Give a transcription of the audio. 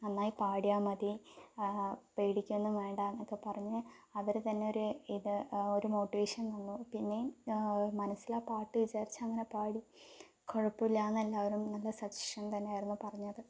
നന്നായി പാടിയാൽ മതി പേടിക്കുകയൊന്നും വേണ്ട എന്നൊക്കെ പറഞ്ഞ് അവര് തന്നെയൊര് ഇത് ഒര് ഇത് മോട്ടിവേഷൻ തന്നു പിന്നെ മനസ്സില് ആ പാട്ട് വിചാരിച്ച് അങ്ങനെ പാടി കുഴപ്പമൊന്നും ഇല്ലാന്ന് എല്ലാവരും നല്ല സജക്ഷൻ തന്നെയായിരുന്നു പറഞ്ഞത്